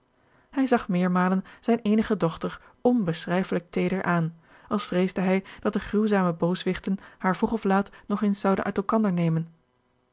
hij zag meermalen zijne eenige dochter onbeschrijfelijk teeder aan als vreesde hij dat de gruwzame booswichten haar vroeg of laat nog eens zouden uit elkander nemen